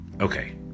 Okay